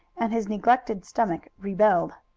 and his neglected stomach rebelled.